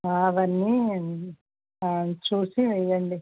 అవన్నీ చూసి ఇయ్యండి